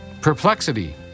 Perplexity